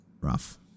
Rough